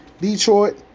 Detroit